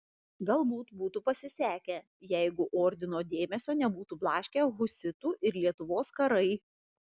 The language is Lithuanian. galbūt būtų pasisekę jeigu ordino dėmesio nebūtų blaškę husitų ir lietuvos karai